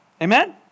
Amen